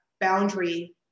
boundary